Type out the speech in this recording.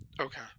okay